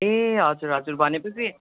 ए हजुर हजुर भने पछि